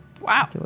Wow